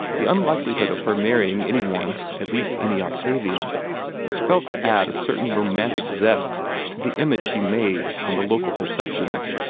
the unlikelihood of her marrying any one at least any octavian was felt to add a certain romantic zest to the image she made on the local perceptions.